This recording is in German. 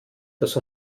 dass